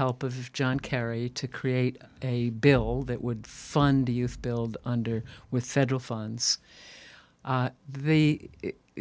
help of john kerry to create a bill that would fund the youth build under with federal funds they